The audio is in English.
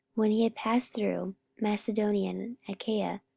when he had passed through macedonia and achaia,